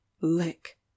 Lick